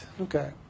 Okay